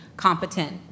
competent